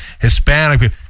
hispanic